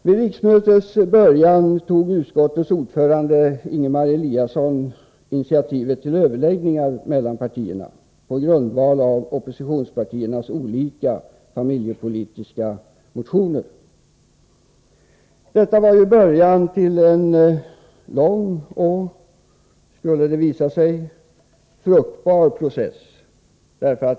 Vid riksmötets början tog socialutskottets ordförande Ingemar Eliasson initiativ till överläggningar mellan partierna på grundval av oppositionspartiernas olika familjepolitiska motioner. Detta var början till en lång och — skulle det visa sig — fruktbar process.